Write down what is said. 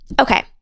Okay